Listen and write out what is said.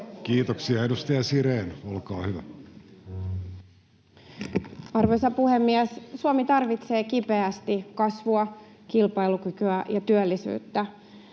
työmarkkinakaaoksesta Time: 15:23 Content: Arvoisa puhemies! Suomi tarvitsee kipeästi kasvua, kilpailukykyä ja työllisyyttä.